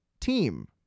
team